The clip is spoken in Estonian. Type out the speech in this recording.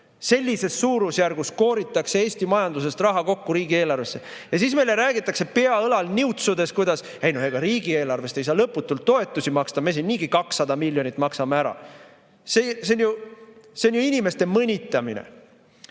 Sellises suurusjärgus kooritakse Eesti majandusest raha kokku riigieelarvesse. Ja siis meile räägitakse, pea õlal niutsudes, et ega riigieelarvest ei saa lõputult toetusi maksta, me siin niigi 200 miljonit maksame ära. See on ju inimeste mõnitamine.